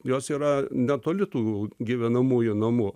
jos yra netoli tų gyvenamųjų namų